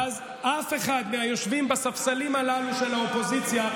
ואז אף אחד מהיושבים בספסלים הללו של האופוזיציה,